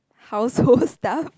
household stuff